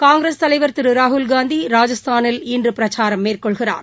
காங்கிரஸ் தலைவர் திரு ராகுல்காந்தி ராஜஸ்தானில் இன்று பிரச்சாரம் மேற்கொள்கிறார்